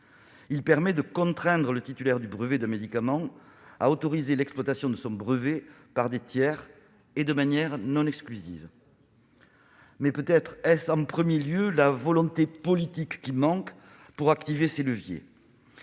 Il permet de contraindre le titulaire du brevet d'un médicament à autoriser l'exploitation de son brevet par des tiers et de manière non exclusive. Néanmoins, peut-être la volonté politique fait-elle défaut pour activer ces leviers.